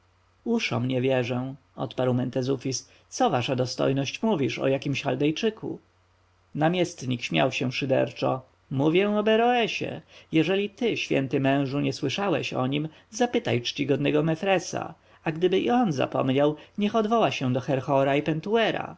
uszom nie wierzę odparł mentezufis co wasza dostojność mówisz o jakimś chaldejczyku namiestnik śmiał się szyderczo mówię o beroesie jeżeli ty święty mężu nie słyszałeś o nim zapytaj czcigodnego mefresa a gdyby i on zapomniał niech odwoła się do herhora i pentuera